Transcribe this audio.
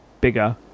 bigger